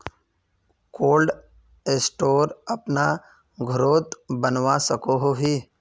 Cold store अपना घोरोत बनवा सकोहो ही?